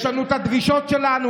יש לנו את הדרישות שלנו.